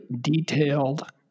detailed